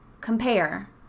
Compare